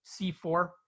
C4